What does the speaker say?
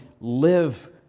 live